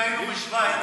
אם היינו בשווייץ,